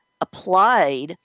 applied